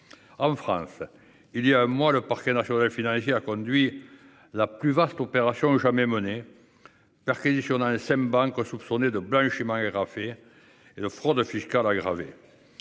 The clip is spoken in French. En France, il y a un mois, le parquet national financier a conduit la plus vaste opération jamais menée, perquisitionnant cinq banques soupçonnées de blanchiment aggravé de fraude fiscale aggravée,